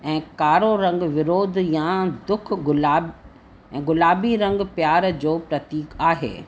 ऐं कारो रंग विरोध या दुख गुलाब ऐं गुलाबी रंग प्यार जो प्रतीक आहे